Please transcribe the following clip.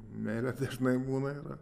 meilė dažnai būna ir